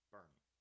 Bernie